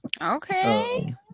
Okay